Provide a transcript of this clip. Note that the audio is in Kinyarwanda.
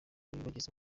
bageze